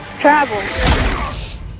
travel